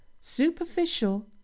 superficial